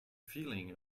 feeling